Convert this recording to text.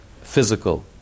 physical